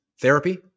Therapy